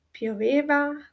pioveva